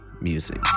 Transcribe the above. music